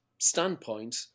standpoint